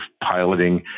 piloting